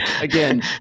again